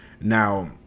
Now